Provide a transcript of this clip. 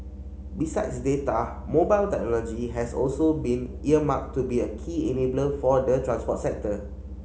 besides data mobile technology has also been earmarked to be a key enabler for the transport sector